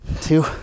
two